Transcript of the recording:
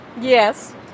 Yes